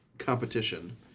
competition